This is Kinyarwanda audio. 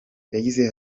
yagize